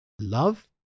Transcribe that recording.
love